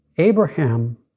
Abraham